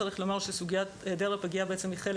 צריך לומר שסוגיית היעדר הפגייה היא חלק